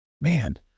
man